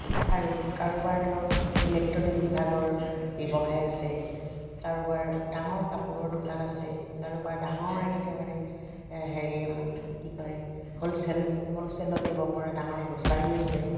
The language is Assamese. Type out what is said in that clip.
আৰু কাৰোবাৰ ধৰক ইলেক্ট্ৰনিক বিভাগৰ ব্যৱসায় আছে কাৰোবাৰ ডাঙৰ কাপোৰৰ দোকান আছে কাৰোবাৰ ডাঙৰ একেবাৰে হেৰি কি কয় হোলচে'ল হোলচে'লত দিব পৰা ডাঙৰ গ্ৰ'চাৰী আছে